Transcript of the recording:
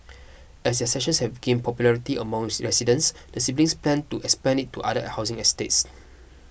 as their sessions have gained popularity among residents the siblings plan to expand it to other housing estates